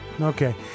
Okay